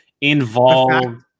involved